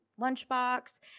lunchbox